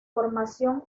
formación